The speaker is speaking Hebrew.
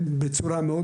בצורה מאוד